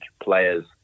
players